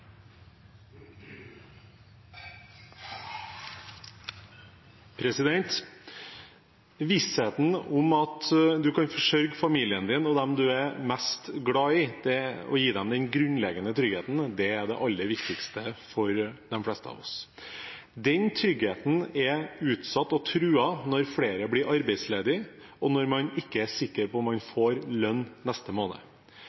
mest glad i, og gi dem den grunnleggende tryggheten, er det aller viktigste for de fleste av oss. Den tryggheten er utsatt og truet når flere blir arbeidsledige, og når man ikke er sikker på om man